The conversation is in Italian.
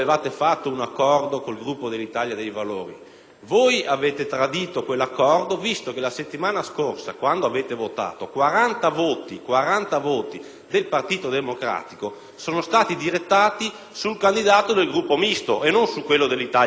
voi avete tradito quell'accordo visto che la settimana scorsa, quando avete votato, 40 voti (40 voti!) del suo Gruppo sono stato dirottati sul candidato del Gruppo Misto e non su quello dell'Italia dei Valori. È inutile, quindi, che adesso lei rivendichi